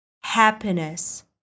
happiness